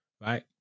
right